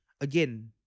again